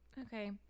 Okay